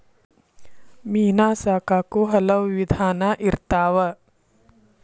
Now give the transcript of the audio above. ಮೇನಾ ಸಾಕಾಕು ಹಲವು ವಿಧಾನಾ ಇರ್ತಾವ